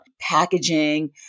packaging